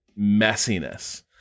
messiness